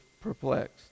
perplexed